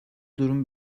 durum